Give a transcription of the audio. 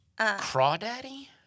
Crawdaddy